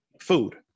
food